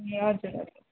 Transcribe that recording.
ए हजुर हजुर